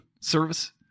service